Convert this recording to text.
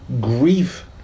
grief